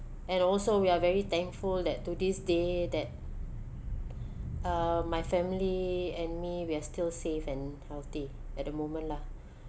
and also we are very thankful that to this day that uh my family and me we are still safe and healthy at the moment lah